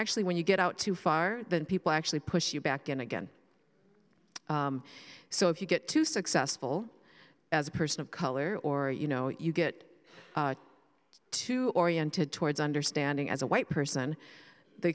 actually when you get out too far then people actually push you back in again so if you get too successful as a person of color or you know you get too oriented towards understanding as a white person the